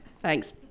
Thanks